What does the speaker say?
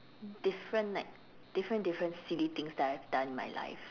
different like different different silly things that I have done in my life